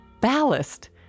Ballast